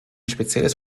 spezielles